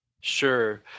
Sure